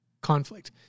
conflict